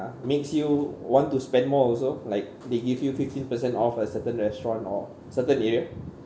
it makes you want to spend more also like they give you fifty percent off at certain restaurants or certain area